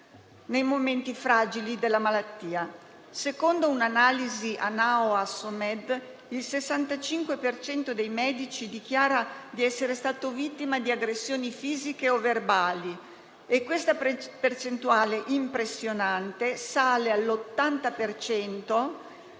nei momenti fragili della malattia. Secondo un'analisi dell'Anaao-Assomed, il 65 per cento dei medici dichiara di essere stato vittima di aggressioni fisiche o verbali. Questa percentuale impressionante sale all'80